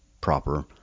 proper